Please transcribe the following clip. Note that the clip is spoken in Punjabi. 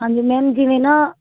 ਹਾਂਜੀ ਮੈਮ ਜਿਵੇਂ ਨਾ